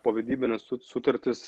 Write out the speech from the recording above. povedybinės su sutartys